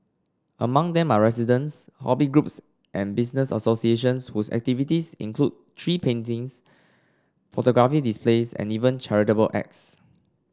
among them are residents hobby groups and business associations whose activities include tree plantings photography displays and even charitable acts